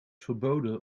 verboden